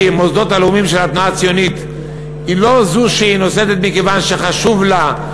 המוסדות הלאומיים של התנועה הציונית לא נוסדה מכיוון שחשוב לה,